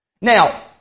Now